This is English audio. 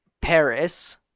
Paris